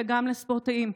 וגם לספורטאים: